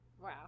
Wow